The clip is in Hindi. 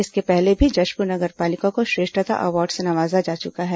इससे पहले भी जशपुर नगर पालिका को श्रेष्ठता अवॉर्ड से नवाजा जा चुका है